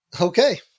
okay